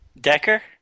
Decker